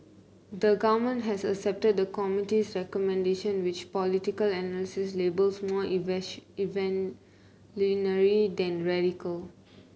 the Government has accepted the committee's recommendation which political analysts labelled more than radical